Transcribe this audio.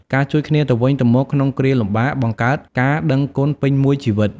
ការជួយគ្នាទៅវិញទៅមកក្នុងគ្រាលំបាកបង្កើតការដឹងគុណពេញមួយជីវិត។